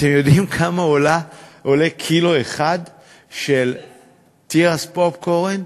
אתם יודעים כמה עולה קילו אחד של תירס לפופקורן?